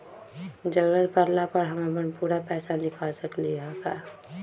जरूरत परला पर हम अपन पूरा पैसा निकाल सकली ह का?